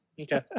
Okay